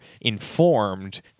informed